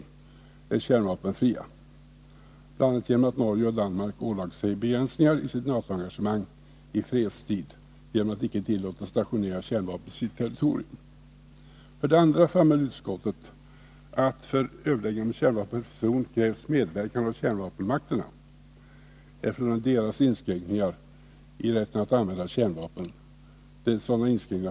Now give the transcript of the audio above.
— de facto är kärnvapenfria, bl.a. genom att Norge och Danmark ålagt sig begränsningar i sitt NATO-engagemang genom att i fredstid icke tillåta stationering av kärnvapen på sitt territorium. Utskottet konstaterar för det andra att för överläggningar om en kärnvapenfri zon krävs medverkan av kärnvapenmakterna, eftersom det ju är inskränkningar i deras rätt att använda kärnvapen som skall uppnås.